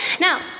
Now